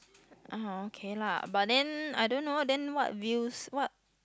(uh huh) okay lah but then I don't know then what views what